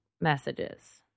messages